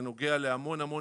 זה נוגע להמון משרדים.